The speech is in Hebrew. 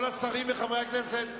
כל השרים וחברי הכנסת,